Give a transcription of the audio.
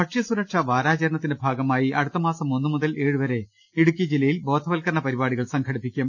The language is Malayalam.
ഭക്ഷ്യസുരക്ഷാ വാരാചരണത്തിന്റെ ഭാഗമായി അടുത്ത മാസം ഒന്നു മുതൽ ഏഴുവരെ ഇടുക്കി ജില്ലയിൽ ബോധവൽക്കരണ പരി പാടികൾ സംഘടിപ്പിക്കും